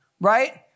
Right